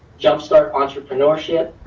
jumpstart entrepreneurship,